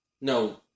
No